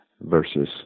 versus